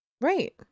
Right